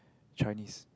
Chinese